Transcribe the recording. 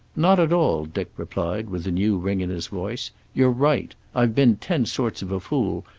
not at all, dick replied, with a new ring in his voice. you're right. i've been ten sorts of a fool,